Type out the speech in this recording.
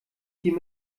hier